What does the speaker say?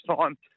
time